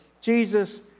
Jesus